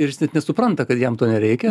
ir jis net supranta kad jam to nereikia